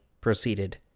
proceeded